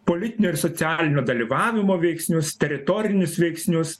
politinio ir socialinio dalyvavimo veiksnius teritorinius veiksnius